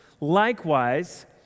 Likewise